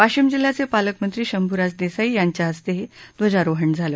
वाशिम जिल्ह्याचे पालकमंत्री शंभूराज देसाई यांच्या हस्ते ध्वजारोहण झालं